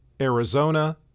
Arizona